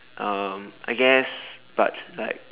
um I guess but like